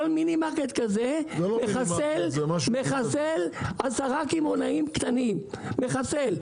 כל מיני מרקט כזה מחסל עשרה קמעונאים קטנים מחסל,